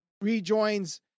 rejoins